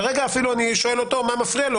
אני שואל אותו מה מפריע לו,